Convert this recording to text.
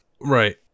Right